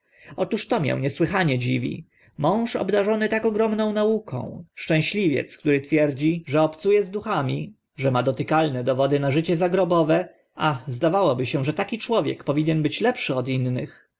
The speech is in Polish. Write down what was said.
otóż to mię niesłychanie dziwi mąż obdarzony tak ogromną nauką szczęśliwiec który twierdzi że obcu e z duchami że ma dotykalne dowody na życie zagrobowe ach zdawałoby się że taki człowiek powinien być lepszy od innych